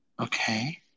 Okay